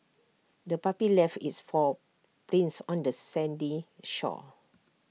the puppy left its paw prints on the sandy shore